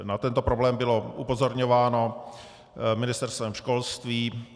Na tento problém bylo upozorňováno Ministerstvem školství.